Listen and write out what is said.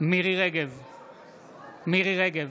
מירי מרים רגב,